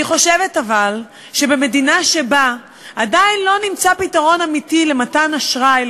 אבל אני חושבת שבמדינה שבה עדיין לא נמצא פתרון אמיתי למתן אשראי,